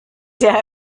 der